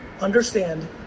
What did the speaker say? understand